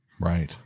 right